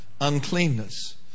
uncleanness